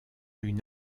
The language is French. une